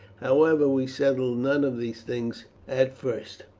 however, we settle none of these things at first.